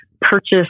purchase